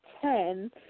ten